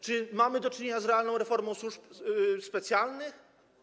Czy mamy do czynienia z realną reformą służb specjalnych?